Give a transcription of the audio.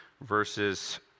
verses